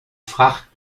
fracht